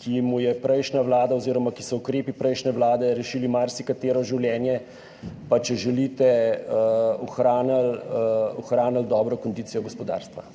ki mu je prejšnja vlada oziroma, ki so ukrepi prejšnje vlade rešili marsikatero življenje, pa če želite, ohranili dobro kondicijo gospodarstva.